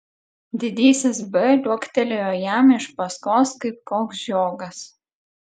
didysis b liuoktelėjo jam iš paskos kaip koks žiogas